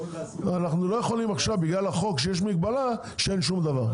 אנחנו לא יכולים עכשיו בגלל החוק שיש מגבלה שאין שום דבר,